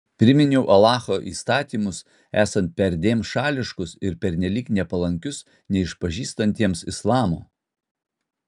priminiau alacho įstatymus esant perdėm šališkus ir pernelyg nepalankius neišpažįstantiems islamo